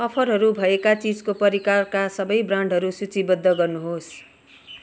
अफरहरू भएका चिजको परिकारका सबै ब्रान्डहरू सूचीबद्ध गर्नुहोस्